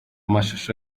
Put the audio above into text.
mashusho